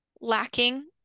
lacking